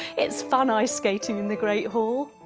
it's fun ice skating in the great hall.